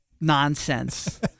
nonsense